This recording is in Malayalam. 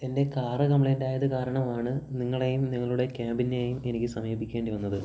എൻ്റെ കാര് കംപ്ലൈൻറ്റ് ആയത് കാരണമാണ് നിങ്ങളെയും നിങ്ങളുടെ ക്യാബിനെയും എനിക്ക് സമീപിക്കേണ്ടി വന്നത്